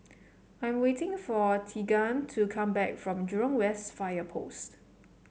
I'm waiting for Teagan to come back from Jurong West Fire Post